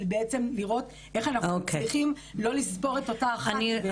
לראות איך אנחנו מצליחים לא לספור את אותה אחת בכל המקומות.